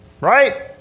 Right